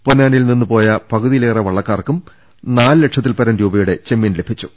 പൊന്നാനിയിൽ നിന്ന് പോയ പകുതിയിലേറെ വള്ളങ്ങൾക്ക് നാല് ലക്ഷത്തിൽ പരം രൂപയുടെ ചെമ്മീൻ ലഭിച്ചു